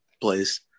place